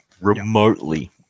remotely